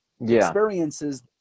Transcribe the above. experiences